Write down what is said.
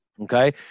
Okay